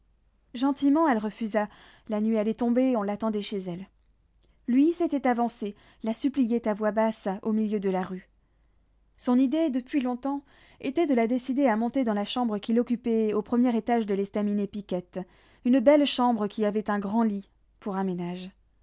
gentiment elle refusa la nuit allait tomber on l'attendait chez elle lui s'était avancé la suppliait à voix basse au milieu de la rue son idée depuis longtemps était de la décider à monter dans la chambre qu'il occupait au premier étage de l'estaminet piquette une belle chambre qui avait un grand lit pour un ménage